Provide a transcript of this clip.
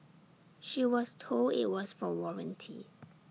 she was told IT was for warranty